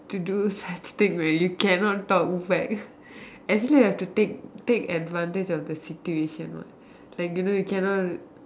to do such thing where you cannot talk back actually have to take take advantage of the situation what like you know cannot